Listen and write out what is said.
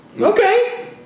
Okay